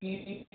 हूँ